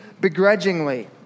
begrudgingly